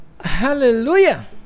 hallelujah